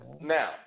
Now